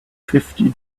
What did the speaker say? fifty